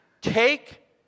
take